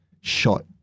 shot